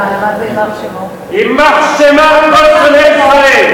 יימח שמם כל שונאי ישראל.